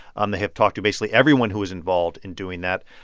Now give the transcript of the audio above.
um they have talked to basically everyone who is involved in doing that.